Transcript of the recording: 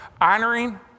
honoring